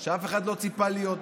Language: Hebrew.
שאף אחד לא ציפה להיות בו: